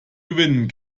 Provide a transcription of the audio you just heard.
gewinnen